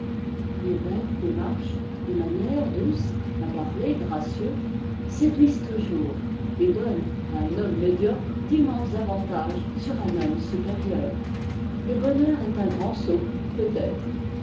une belle démarche des manières douces un parler gracieux séduisent toujours et donnent à un homme médiocre d'immenses avantages sur un homme supérieur le bonheur est un grand sot peut-être